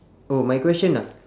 oh my question ah